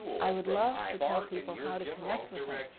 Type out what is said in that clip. i would love to tell people how to connect with them,